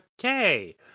Okay